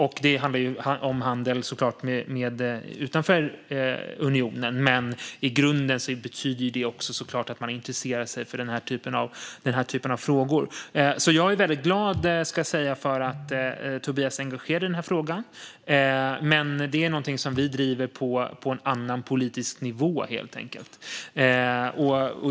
Det handlar såklart om handel utanför unionen, men i grunden betyder det också att man intresserar sig för den typen av frågor. Jag är glad för att Tobias är engagerad i frågan, men det är något som vi driver på en annan politisk nivå.